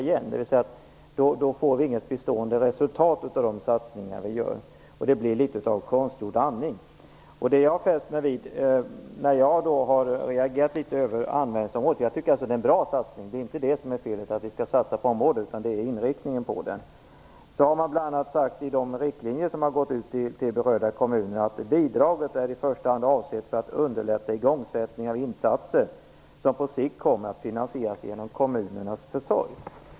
Vi får alltså inget bestående resultat av de satsningar vi gör, och de blir litet av konstgjord andning. Jag har reagerat mot användningsområdet. Jag tycker att det är bra att vi satsar på området - det är inte det som är felet - men jag har reagerat mot inriktningen på satsningen. Bl.a. i de riktlinjer som har gått ut till berörda kommuner har man sagt att bidraget i första hand är avsett för att underlätta igångsättning av insatser som på sikt kommer att finansieras genom kommunernas försorg.